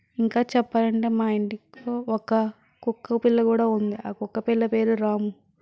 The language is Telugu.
ఇంకా చెప్పాలంటే మా ఇంటిలో ఒక కుక్క పిల్ల కూడా ఉంది ఆ కుక్క పిల్ల పేరు రాము